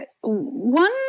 one